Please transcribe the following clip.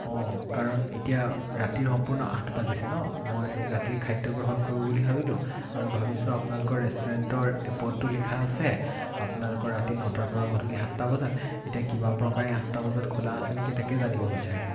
অঁ কাৰণ এতিয়া ৰাতি সম্পূৰ্ণ আঠ বাজিছে নহ্ মই ৰাতিৰ খাদ্য গ্ৰহণ কৰোঁ বুলি ভাবিলোঁ আৰু ভাবিছোঁ আপোনালোকৰ ৰেষ্টুৰেণ্টৰ এপততো লিখা আছে আপোনালোকৰ ৰাতি নটাৰ পৰা গধূলি সাতটা বজাত এতিয়া কিবা প্ৰকাৰে আঠটা বজাত খোলা আছে নেকি তাকে জানিব বিচাৰিলোঁ